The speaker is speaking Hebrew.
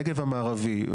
הנגב המערבי,